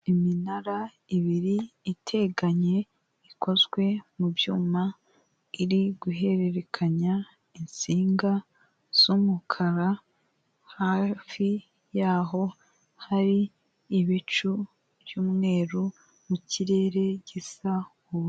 Iminara ibiri iteganye ikozwe mu byuma, iri guhererekanya itsinga z'umukara hafi yaho hari ibicu by'umweru mu kirere gisa ubururu.